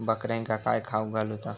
बकऱ्यांका काय खावक घालूचा?